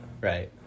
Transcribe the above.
right